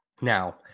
Now